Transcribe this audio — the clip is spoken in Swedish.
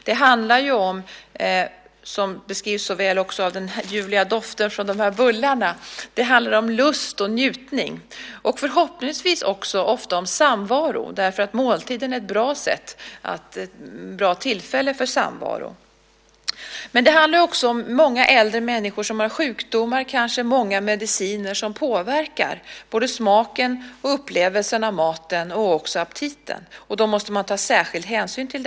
Det handlar ju också, som beskrivs så väl av den ljuvliga doften från de här bullarna, om lust och njutning, och förhoppningsvis också ofta om samvaro. Måltiden är ett bra tillfälle för samvaro. Men det handlar också om många äldre människor som har sjukdomar och kanske många mediciner som påverkar både smaken och upplevelsen av maten och också aptiten. Det måste man ta särskild hänsyn till.